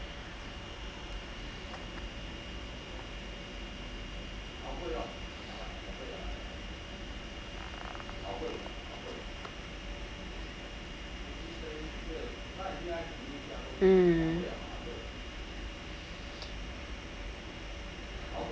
mm